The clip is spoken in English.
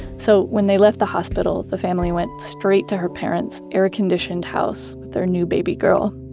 so when they left the hospital, the family went straight to her parents' air-conditioned house with their new baby girl